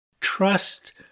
trust